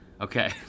Okay